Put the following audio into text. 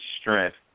strength